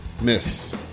Miss